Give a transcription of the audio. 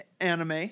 Anime